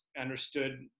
understood